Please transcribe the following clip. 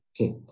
Okay